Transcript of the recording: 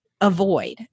Avoid